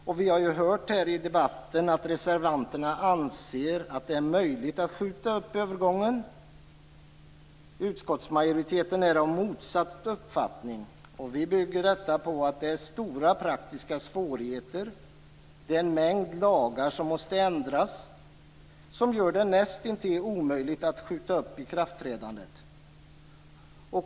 Och vi har hört här i debatten att reservanterna anser att det är möjligt att skjuta upp övergången. Utskottsmajoriteten är av motsatt uppfattning. Vi bygger detta på att det är stora praktiska svårigheter. Det är en mängd lagar som måste ändras, som gör det näst intill omöjligt att skjuta på ikraftträdandet.